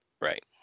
Right